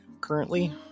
currently